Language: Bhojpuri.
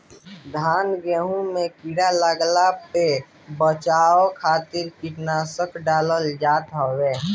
धान गेंहू में कीड़ा लागला पे बचाव खातिर कीटनाशक डालल जात हवे